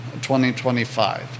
2025